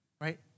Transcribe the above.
right